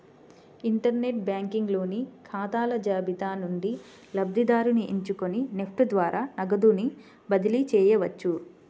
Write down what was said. inter net banking లోని ఖాతాల జాబితా నుండి లబ్ధిదారుని ఎంచుకొని నెఫ్ట్ ద్వారా నగదుని బదిలీ చేయవచ్చు